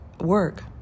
work